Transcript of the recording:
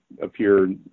appear